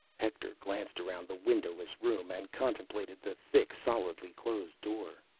hector glanced around the windowless room and contemplated the thick, solidly closed door.